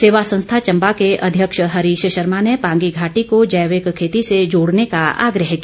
सेवा संस्था चम्बा के अध्यक्ष हरीश शर्मा ने पांगी घाटी को जैविक खेती से जोड़ने का आग्रह किया